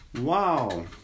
Wow